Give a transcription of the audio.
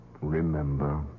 Remember